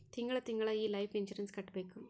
ತಿಂಗಳ ತಿಂಗಳಾ ಈ ಲೈಫ್ ಇನ್ಸೂರೆನ್ಸ್ ಕಟ್ಬೇಕು